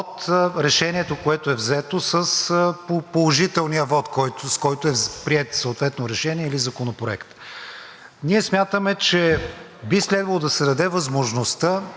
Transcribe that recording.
от решението, което е взето с положителния вот, с който са приети съответно решение или законопроект. Ние смятаме, че би следвало да се даде възможността,